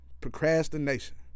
Procrastination